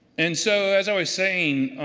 and so, as i was saying,